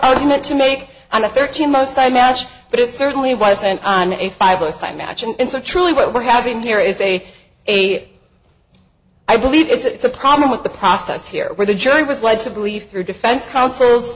argument to make on the thirteen most i match but it certainly wasn't a five a side match and it's a truly what we're having here is a a i believe it's a problem with the process here where the jury was led to believe through defense counsel